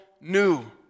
new